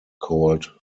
called